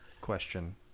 question